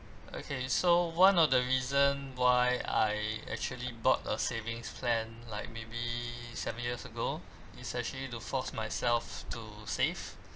okay so one of the reason why I actually bought a savings plan like maybe seven years ago is actually to force myself to save